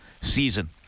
season